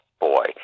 boy